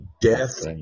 death